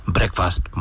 Breakfast